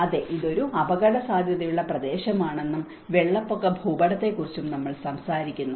അതെ ഇത് ഒരു അപകടസാധ്യതയുള്ള പ്രദേശമാണെന്നും വെള്ളപ്പൊക്ക ഭൂപടത്തെക്കുറിച്ചും സംസാരിക്കുന്നു